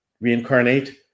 Reincarnate